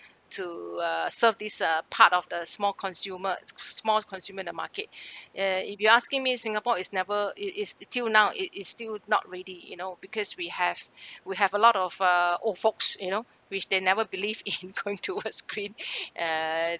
to uh serve these uh part of the small consumer s~ small consumer in the market eh if you're asking me singapore is never it is till now it is still not ready you know because we have we have a lot of uh old folks you know which they never believe in going towards green uh